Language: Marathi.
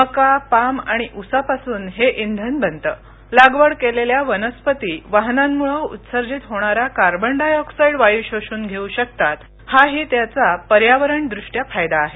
मका पाम उसापासून हे इंधन बनत लागवड केलेल्या वनस्पती वाहनांमुळे उत्सर्जित होणारा कार्बन डाय ऑक्साइड वायू शोषून घेऊ शकतात हाही त्याचा पर्यावरणदृष्ट्या फायदा आहे